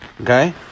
okay